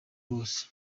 bose